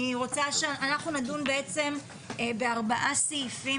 אנחנו נדון בארבעה סעיפים,